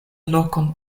lokon